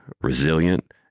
resilient